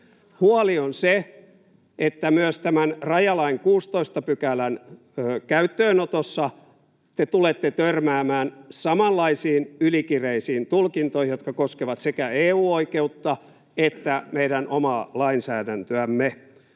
Huoli on se, että myös tämän rajalain 16 §:n käyttöönotossa te tulette törmäämään samanlaisiin ylikireisiin tulkintoihin, jotka koskevat sekä EU-oikeutta että meidän omaa lainsäädäntöämme.